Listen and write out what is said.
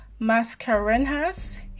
Mascarenhas